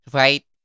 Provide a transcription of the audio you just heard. right